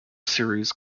series